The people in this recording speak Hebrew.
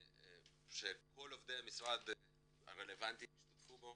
שכל עובדי המשרד הרלבנטיים השתתפו בו